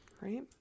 Right